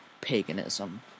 paganism